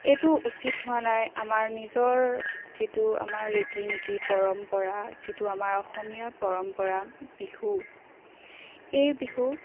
এইটো উচিত হোৱা নাই আমাৰ নিজৰ যিটো আমাৰ ৰীতি নীতি পৰম্পৰা যিটো আমাৰ অসমীয়া পৰম্পৰা বিহু এই বিহু